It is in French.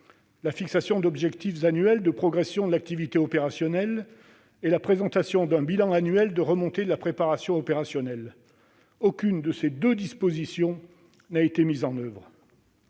la fixation d'objectifs annuels de progression de l'activité opérationnelle et la présentation d'un bilan annuel de remontée de la préparation opérationnelle. Aucune de ces deux dispositions n'a été mise en oeuvre.